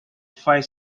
five